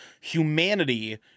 humanity